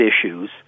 issues